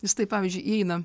jis tai pavyzdžiui įeina